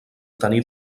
tenir